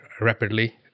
rapidly